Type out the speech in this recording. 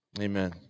Amen